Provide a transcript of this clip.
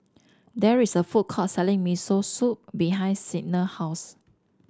there is a food court selling Miso Soup behind Signa house